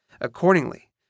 Accordingly